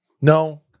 No